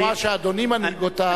שהתנועה שאדוני מנהיג אותה מסכימה.